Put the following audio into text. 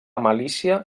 malícia